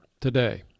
today